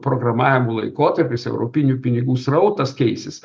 programavimų laikotarpis europinių pinigų srautas keisis